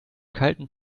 kalten